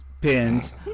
pins